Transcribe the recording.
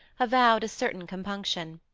avowed a certain compunction.